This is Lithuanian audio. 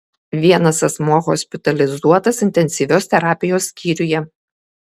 vienas asmuo hospitalizuotas intensyviosios terapijos skyriuje